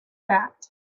that